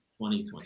2020